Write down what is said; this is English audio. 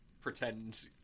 pretend